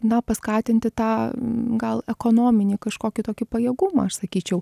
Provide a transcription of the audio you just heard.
na paskatinti tą gal ekonominį kažkokį tokį pajėgumą aš sakyčiau